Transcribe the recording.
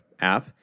app